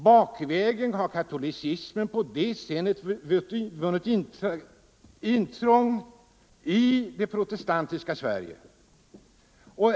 Bakvägen har katolicismen på det sättet gjort intrång i det protestantiska Sverige.